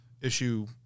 issue